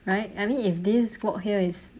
right I mean if this walk here is